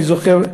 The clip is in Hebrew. אני זוכר,